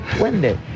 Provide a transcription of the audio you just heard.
Wednesday